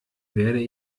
werde